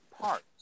parts